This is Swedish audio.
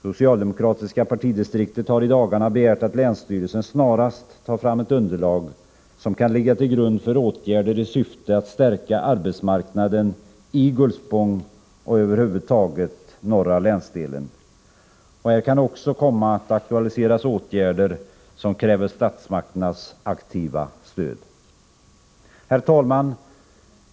Socialdemokratiska partidistriktet har i dagarna begärt att länsstyrelsen snarast tar fram ett underlag som kan ligga till grund för åtgärder i syfte att stärka arbetsmarknaden i Gullspång och över huvud taget norra länsdelen. Här kan också komma att aktualiseras åtgärder som kräver statsmakternas aktiva stöd. Herr talman!